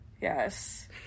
Yes